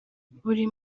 buri